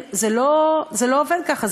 זה לא עובד ככה.